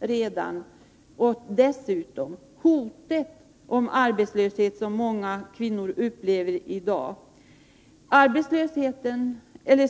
redan råder och det hot om arbetslöshet som många kvinnor i dag upplever.